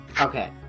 Okay